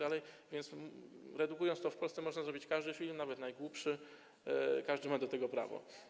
A więc redukując to, w Polsce można zrobić każdy film, nawet najgłupszy, każdy ma do tego prawo.